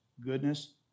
goodness